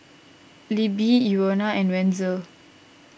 Libby Euna and Wenzel